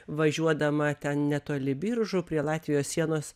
važiuodama ten netoli biržų prie latvijos sienos